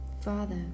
Father